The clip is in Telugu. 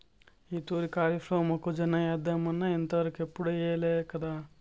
ఈ తూరి కరీఫ్లో మొక్కజొన్న ఏద్దామన్నా ఇంతవరకెప్పుడూ ఎయ్యలేకదా